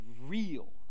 real